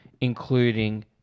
including